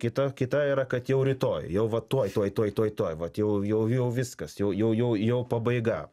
kita kita yra kad jau rytoj jau va tuoj tuoj tuoj tuoj tuoj vat jau jau jau viskas jau jau jau jau pabaiga